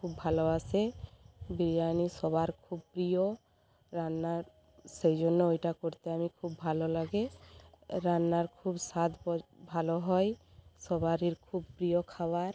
খুব ভালোবাসে বিরিয়ানি সবার খুব প্রিয় রান্নার সেই জন্য ওইটা করতে আমি খুব ভালো লাগে রান্নার খুব স্বাদ ভালো হয় সবারির খুব প্রিয় খাবার